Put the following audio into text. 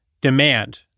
demand